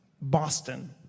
Boston